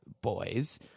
boys